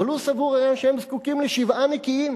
אבל הוא סבור היה שהם זקוקים לשבעה נקיים.